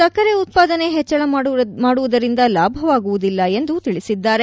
ಸಕ್ಕರೆ ಉತ್ಪಾದನೆ ಹೆಚ್ಚಳ ಮಾಡುವುದರಿಂದ ಲಾಭವಾಗುವುದಿಲ್ಲ ಎಂದು ತಿಳಿಸಿದ್ದಾರೆ